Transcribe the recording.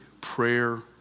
prayer